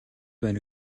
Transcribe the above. байна